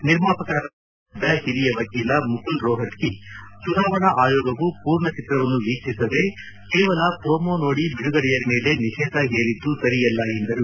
ನಿರ್ಮಾಪಕರ ಪರವಾಗಿ ವಾದ ಮಂಡಿಸಿದ ಹಿರಿಯ ವಕೀಲ ಮುಕುಲ್ ರೋಹಟಗಿ ಚುನಾವಣಾ ಆಯೋಗವು ಪೂರ್ಣ ಚಿತ್ರವನ್ನು ವೀಕ್ಷಿಸದೆ ಕೇವಲ ಪ್ರೋಮೊ ನೋಡಿ ಬಿಡುಗಡೆಯ ಮೇಲೆ ನಿಷೇಧ ಹೇರಿದ್ದ ಸರಿಯಲ್ಲ ಎಂದರು